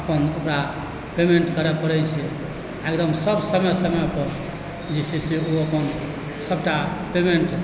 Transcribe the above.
अपन ओकरा पेमेन्ट करै पड़ैत छै आओर एगदम सब समय समय जे छै से ओ अपन सबटा पेमेन्ट